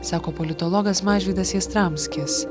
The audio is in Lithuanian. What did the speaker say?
sako politologas mažvydas jastramskis